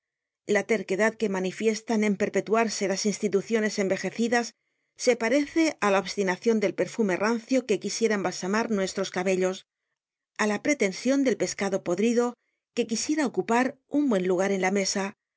la terquedad que manifiestan en perpetuarse las instituciones envejecidas se parece á la obstinacion del perfume rancio content from google book search generated at que quisiera embalsamar nuestros cabellos á la pretension del pescado podrido que quisiera ocupar un buen lugar en la mesa